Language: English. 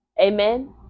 amen